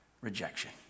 rejection